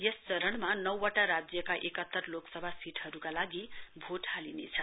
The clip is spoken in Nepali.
सय चरणमा नौ वटा राज्यका एकात्तर लोकसभा सीटहरूका लागि भोट हालिनेछ